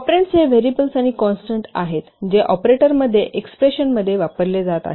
operands हे variables आणि constants आहेत जे ऑपरेटरमध्ये एक्सप्रेशनमध्ये वापरले जात आहेत